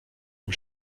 vom